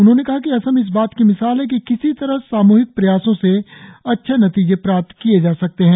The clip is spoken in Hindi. उन्होंने कहा कि असम इस बात की मिसाल है कि किसी तरह सामूहिक प्रयासों से अच्छे नतीजे प्राप्त किए जा सकते हैं